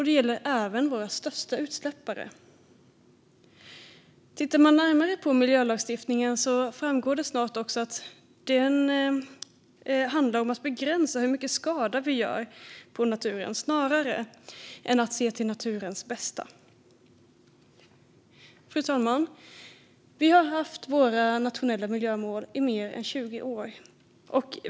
Det gäller även våra största utsläppare. Tittar man närmare på miljölagstiftningen framgår det också snart att den ofta handlar om att begränsa hur mycket skada vi gör på naturen snarare än att se till naturens bästa. Fru talman! Vi har haft våra nationella miljömål i mer än 20 år.